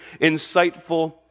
insightful